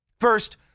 First